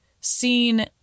seen